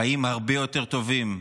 חיים הרבה יותר טובים,